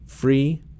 free